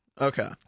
Okay